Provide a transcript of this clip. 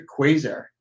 Quasar